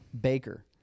Baker